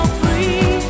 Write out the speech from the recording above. free